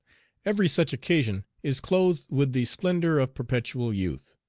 every such occasion is clothed with the splendor of perpetual youth.